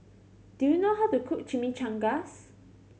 do you know how to cook Chimichangas